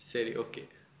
சரி:sari okay